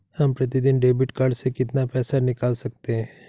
हम प्रतिदिन debit card से कितना पैसा निकाल सकते हैं?